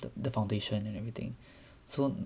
the the foundation and everything so